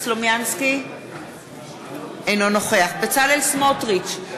אינו נוכח בצלאל סמוטריץ,